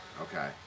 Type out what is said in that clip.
Okay